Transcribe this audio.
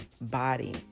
body